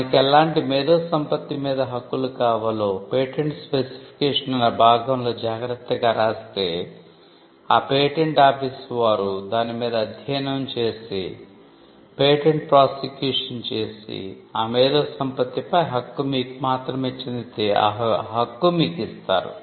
మనకు ఎలాంటి మేధో సంపత్తి మీద హక్కులు కావాలో పేటెంట్ స్పెసిఫికేషన్ అన్న భాగంలో జాగ్రత్తగా రాస్తే ఆ పేటెంట్ ఆఫీస్ వారు దాని మీద అధ్యయనం చేసి పేటెంట్ ప్రోసెక్యుషన్ చేసి ఆ మేధో సంపత్తి పై హక్కు మీకు మాత్రమే చెందితే ఆ హక్కు మీకు ఇస్తారు